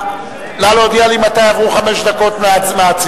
נא להודיע לי מתי עברו חמש דקות מהצלצול.